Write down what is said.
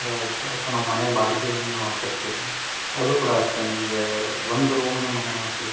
so ನಾವು ಮನೆ ಬಾಡಿಗೆಯನ್ನು ಕಟ್ತೀವಿ ಅದೂ ಕೂಡ ಅಷ್ಟೆ ನಿಮಗೆ ಒಂದು ರೂಮಿನ ಮನೆಯಾಗಲಿ